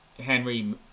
Henry